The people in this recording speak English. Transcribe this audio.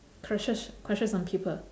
crushes crushes on people